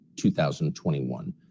2021